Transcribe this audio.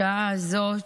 בשעה הזאת,